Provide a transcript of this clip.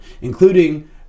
including